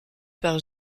par